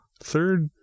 Third